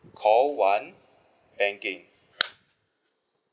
call one banking